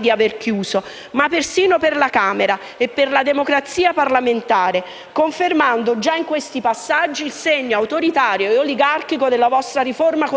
di aver chiuso, ma persino della Camera, della democrazia parlamentare, confermando già in questi passaggi il segno autoritario e oligarchico della vostra riforma costituzionale.